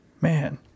man